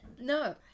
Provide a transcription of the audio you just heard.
No